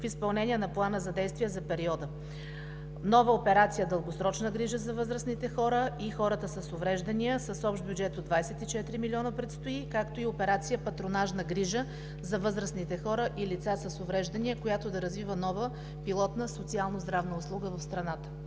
в изпълнение на плана за действие за периода. Нова операция „Дългосрочна грижа за възрастните хора и хората с увреждания“ с общ бюджет от 24 милиона предстои, както и операция „Патронажна грижа за възрастните хора и лица с увреждания“, която да развива нова пилотна социално-здравна услуга в страната.